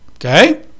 okay